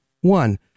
One